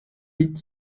est